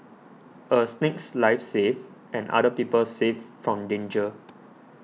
a snake's life saved and other people saved from danger